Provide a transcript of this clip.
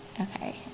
okay